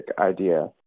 idea